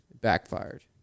Backfired